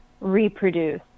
reproduce